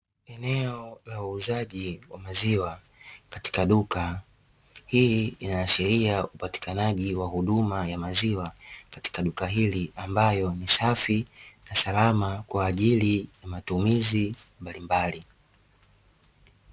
Eneo la uuzaji wa maziwa katika duka, hii inaashiria upatikanaji wa huduma ya maziwa katika duka hili ambayo ni safi na salama kwa ajili ya matumizi mbalimbali.